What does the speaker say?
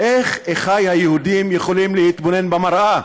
איך אחיי היהודים יכולים להתבונן במראה?